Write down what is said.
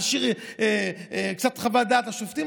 נשאיר קצת שיקול דעת לשופטים,